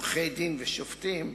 עורכי-דין ושופטים,